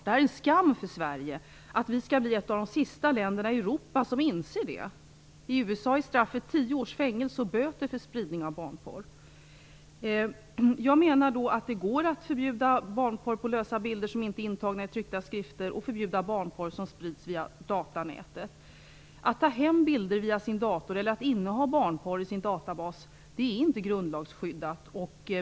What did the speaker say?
Det är en skam för Sverige att vi skall bli ett av de sista länderna i Europa som inser det. I USA är straffet tio års fängelse och böter för spridning av barnpornografi. Det går att förbjuda barnpornografi på lösa bilder som inte är intagna i tryckta skrifter och förbjuda barnpornografi som sprids via datanätet. Att ta hem bilder via sin dator eller att inneha barnpornografi i sin databas är inte grundlagsskyddat.